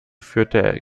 führte